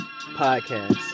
podcast